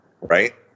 right